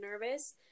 nervous